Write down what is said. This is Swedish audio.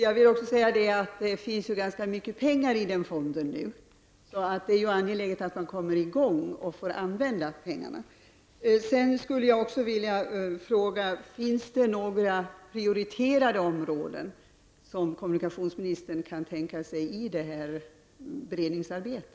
Herr talman! Det finns nu ganska mycket pengar i fonden, och det är angeläget att man kommer i gång med att använda pengarna. Kan kommunikationsministern tänka sig att det finns några prioriterade områden i detta beredningsarbete?